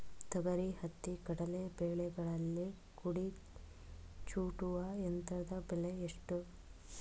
ತೊಗರಿ, ಹತ್ತಿ, ಕಡಲೆ ಬೆಳೆಗಳಲ್ಲಿ ಕುಡಿ ಚೂಟುವ ಯಂತ್ರದ ಬೆಲೆ ಎಷ್ಟು?